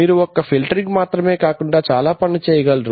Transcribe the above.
మీరు ఒక్క ఫిల్టరింగ్ మాత్రమే కాకుండా చాలా పనులు చేయగలరు